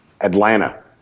Atlanta